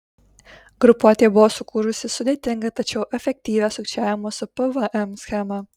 grupuotė buvo sukūrusi sudėtingą tačiau efektyvią sukčiavimo su pvm schemą